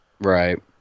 Right